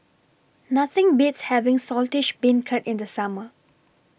Nothing Beats having Saltish Beancurd in The Summer